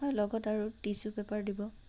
হয় লগত আৰু টিছু পেপাৰ দিব